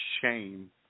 shame